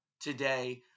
today